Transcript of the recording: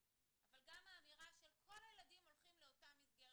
אבל גם האמירה של כל הילדים הולכים לאותה מסגרת,